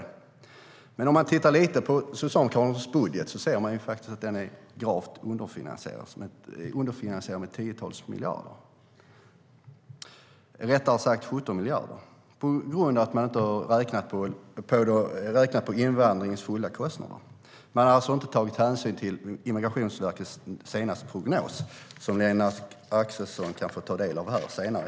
Men om man tittar lite grann på Socialdemokraternas budget ser man faktiskt att den är gravt underfinansierad med tiotals miljarder, eller rättare sagt med 17 miljarder, på grund av att de inte har räknat på invandringens fulla kostnader. De har alltså inte tagit hänsyn till Migrationsverkets senaste prognos, som Lennart Axelsson kan få ta del av här senare.